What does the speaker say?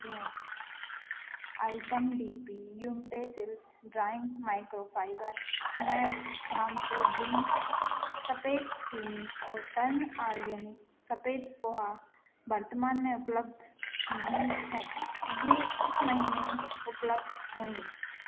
item D P utensils drying microfibre mat Dhampur green सफ़ेद चीनी और टर्न ऑर्गेनिक सफ़ेद पोहा वर्तमान में उपलब्ध नहीं हैं ये इस महीने उपलब्ध होंगे